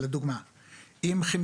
לגבי החברה הישראלית